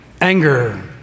anger